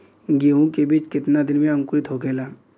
गेहूँ के बिज कितना दिन में अंकुरित होखेला?